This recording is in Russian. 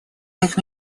как